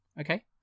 Okay